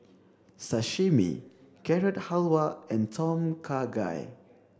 sashimi Carrot Halwa and Tom Kha Gai